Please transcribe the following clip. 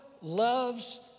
loves